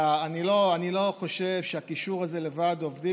אני לא חושב שהקישור הזה לוועד עובדים